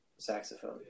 Saxophone